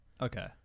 Okay